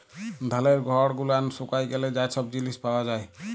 ধালের খড় গুলান শুকায় গ্যালে যা ছব জিলিস পাওয়া যায়